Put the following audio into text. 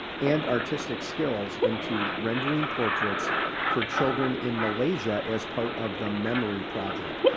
and artistic skills into rendering portraits for children in malaysia as part of the memory project.